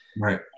Right